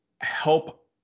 help